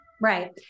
Right